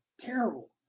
terrible